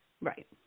Right